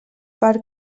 per